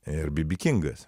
ir bi bi kingas